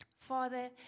Father